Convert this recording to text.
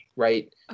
right